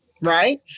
Right